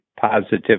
positive